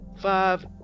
five